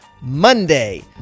Monday